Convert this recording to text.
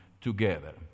together